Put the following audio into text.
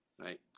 right